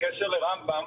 בקשר לרמב"ם,